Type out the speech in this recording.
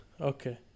Okay